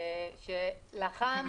שלחם,